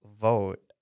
vote